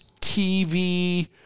tv